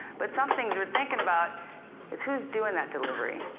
but some things worth thinking about is who's doing that delivery?